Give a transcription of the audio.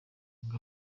ngo